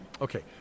Okay